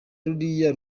ruriya